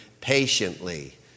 patiently